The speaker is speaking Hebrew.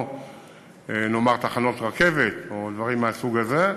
נאמר תחנות רכבת ודברים מהסוג הזה.